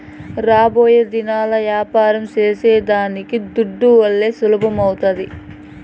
రాబోయేదినాల్ల యాపారం సేసేదానికి దుడ్డువల్లే సులభమౌతాది